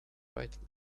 brightly